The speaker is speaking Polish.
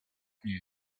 nie